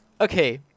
Okay